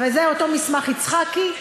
זה אותו מסמך יצחקי,